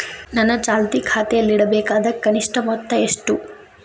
ನನ್ನ ಚಾಲ್ತಿ ಖಾತೆಯಲ್ಲಿಡಬೇಕಾದ ಕನಿಷ್ಟ ಮೊತ್ತ ಎಷ್ಟು?